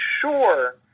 sure